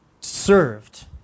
served